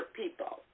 people